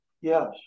Yes